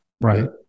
Right